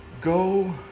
Go